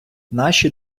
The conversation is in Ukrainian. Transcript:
наші